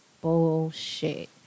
bullshit